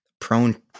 prone